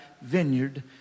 vineyard